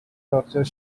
torture